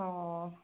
অ